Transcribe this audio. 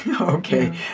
okay